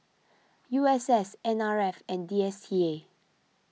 U S S N R F and D S T A